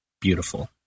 beautiful